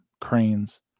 cranes